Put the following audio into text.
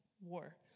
war